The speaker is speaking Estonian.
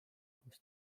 koos